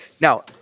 now